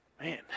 Man